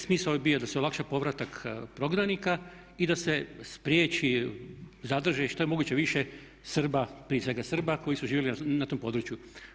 Smisao je bio da se olakša povratak prognanika i da se spriječi, zadrži što je moguće više Srba, prije svega Srba koji su živjeli na tom području.